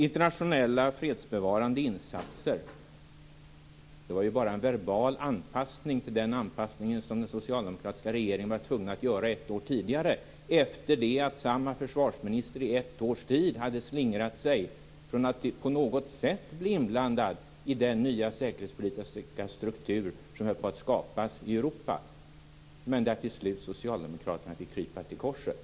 Internationella fredsbevarande insatser - det var bara en verbal anpassning till den anpassning som den socialdemokratiska regeringen var tvungen att göra ett år tidigare, efter det att samma försvarsminister i ett års tid hade slingrat sig från att på något sätt bli inblandad i den nya säkerhetspolitiska struktur som höll på att skapas i Europa, men där till slut Socialdemokraterna fick krypa till korset.